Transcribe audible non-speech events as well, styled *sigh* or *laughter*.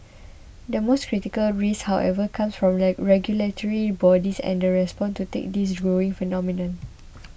the most critical risk however comes from *unintelligible* regulatory bodies and the response to take this growing phenomenon